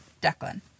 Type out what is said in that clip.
Declan